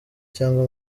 cyangwa